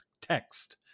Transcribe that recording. text